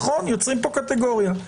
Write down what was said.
יוצרים פה קטגוריה.